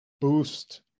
boost